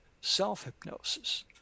self-hypnosis